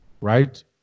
right